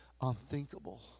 unthinkable